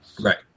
Right